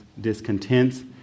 discontents